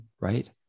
right